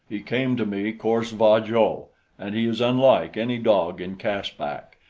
he came to me cor-sva-jo, and he is unlike any dog in caspak,